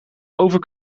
over